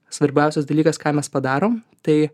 svarbiausias dalykas ką mes padarom tai